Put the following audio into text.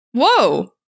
Whoa